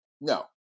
no